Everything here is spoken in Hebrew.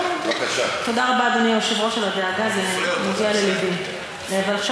בוא נסכם שאם היא לא מסכימה היא תגיד לי.